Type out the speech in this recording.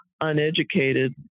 uneducated